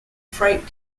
freight